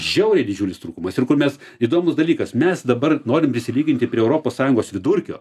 žiauriai didžiulis trūkumas ir kur mes įdomus dalykas mes dabar norim prisilyginti prie europos sąjungos vidurkio